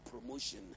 promotion